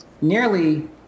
nearly